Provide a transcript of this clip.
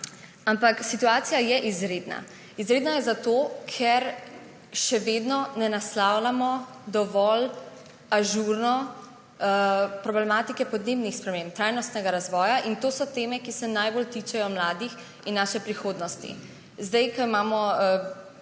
Ampak situacija je izredna. Izredna je zato, ker še vedno ne naslavljamo dovolj ažurno problematike podnebnih sprememb, trajnostnega razvoja. To so teme, ki se najbolj tičejo mladih in naše prihodnosti. Zdaj ko imamo mogoče